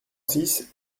six